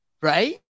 Right